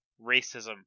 racism